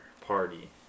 party